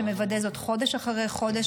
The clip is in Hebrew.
שמוודא זאת חודש אחרי חודש,